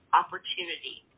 opportunity